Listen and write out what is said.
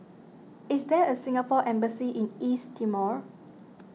is there a Singapore Embassy in East Timor